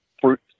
fruit